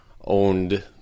owned